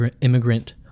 immigrant